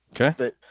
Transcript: Okay